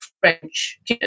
French